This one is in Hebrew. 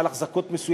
מעל אחזקות מסוימות,